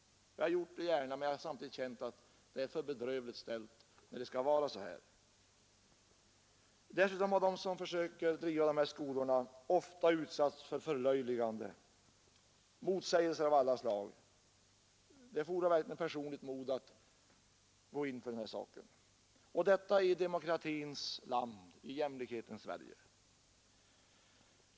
Jag har gjort det gärna, men jag har känt att det är bedrövligt ställt när det skall vara nödvändigt. Dessutom har de som försöker driva dessa skolor ofta utsatts för förlöjligande och blivit motsagda på olika sätt. Det fordrar verkligen ett personligt mod att driva sådana skolor. Och detta är i demokratins land, i jämlikhetens Sverige!